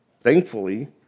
Thankfully